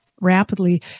rapidly